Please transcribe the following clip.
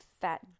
fat